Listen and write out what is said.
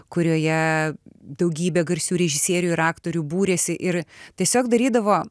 kurioje daugybė garsių režisierių ir aktorių būrėsi ir tiesiog darydavo